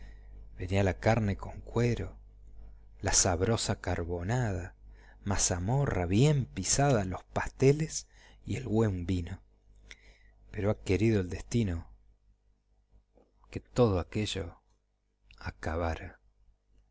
a la carne con cuero la sabrosa carbonada mazamorra pien pisada los pasteles y el güen vino pero ha querido el destino que todo aquello acabara